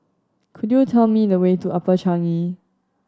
could you tell me the way to Upper Changi